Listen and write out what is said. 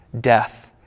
death